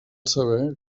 saber